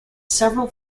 several